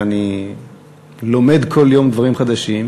ואני לומד כל יום דברים חדשים.